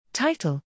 Title